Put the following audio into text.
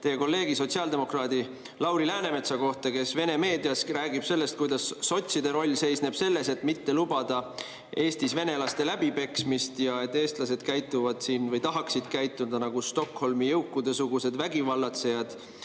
teie kolleegi, sotsiaaldemokraadi Lauri Läänemetsa kohta, kes Vene meedias räägib sellest, kuidas sotside roll seisneb selles, et mitte lubada Eestis venelaste läbipeksmist, ja eestlased käituvad või tahaksid käituda nagu Stockholmi jõukude sugused vägivallatsejad